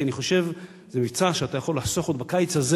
כי אני חושב שזה מבצע שבו אתה יכול לחסוך עוד בקיץ הזה,